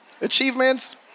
achievements